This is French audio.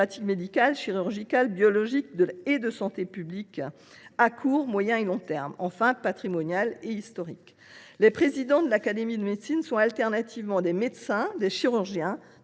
médicales, chirurgicales, biologiques et de santé publique, à court, moyen et long termes ; elle est enfin d’ordre patrimonial et historique. Les présidents de l’Académie nationale de médecine sont alternativement des médecins, des chirurgiens, des